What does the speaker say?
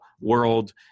world